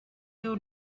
you